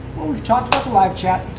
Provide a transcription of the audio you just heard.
well, we've talked about the live chat.